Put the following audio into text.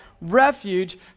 refuge